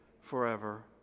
forever